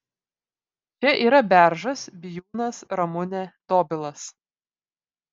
čia yra beržas bijūnas ramunė dobilas